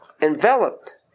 enveloped